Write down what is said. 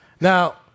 Now